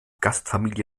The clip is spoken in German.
gastfamilie